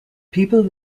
people